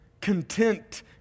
content